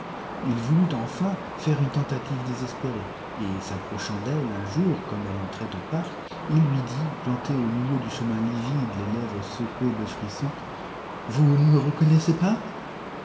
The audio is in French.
il voulut enfin faire une tentative désespérée et s'approchant d'elle un our comme elle entrait au parc il lui dit planté au milieu du chemin livide les lèvres secouées de frissons vous ne me reconnaissez pas